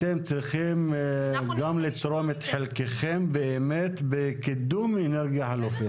אתם צריכים גם לתרום את חלקכם באמת בקידום אנרגיה חלופית,